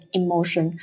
emotion